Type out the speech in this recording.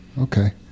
Okay